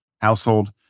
household